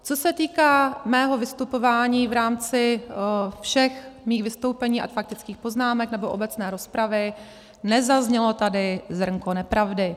Co se týká mého vystupování v rámci všech mých vystoupení a faktických poznámek nebo obecné rozpravy, nezaznělo tady zrnko nepravdy.